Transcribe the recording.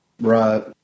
Right